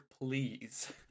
please